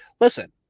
listen